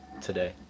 today